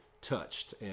touched